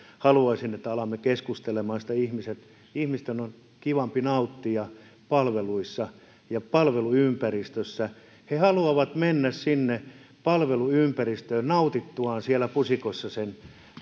haluaisin että alamme keskustelemaan siitä että ihmisten on kivempi nauttia palveluissa ja palveluympäristössä he haluavat mennä sinne palveluympäristöön nautittuaan siellä pusikossa sen